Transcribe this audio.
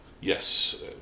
yes